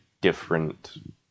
different